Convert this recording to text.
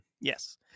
yes